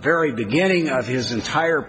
very beginning of his entire